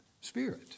Spirit